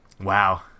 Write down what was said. Wow